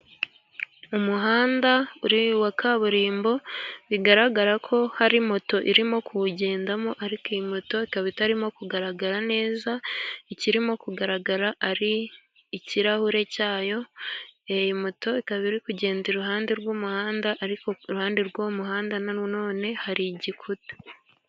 Umuhanda wa kaburimbo bigaragara ko hari moto irimo kuwugendamo, ariko iyi moto ikaba itarimo kugaragara neza. Ikirimo kugaragara ari ikirahure cyayo, moto ikaba iri kugenda iruhande rw'umuhanda ariko ku ruhande rw'umuhanda na none hari igikuta.